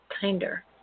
kinder